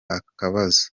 akabazo